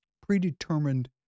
predetermined